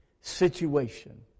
situation